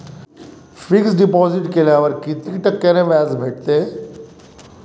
Fix deposit केल्यावर कितीक टक्क्यान व्याज भेटते?